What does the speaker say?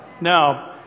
now